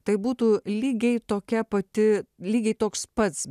tai būtų lygiai tokia pati lygiai toks pats